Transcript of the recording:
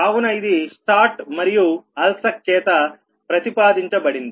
కావున ఇది స్టాట్ మరియు అల్సక్ చేత ప్రతిపాదించబడింది